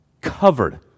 covered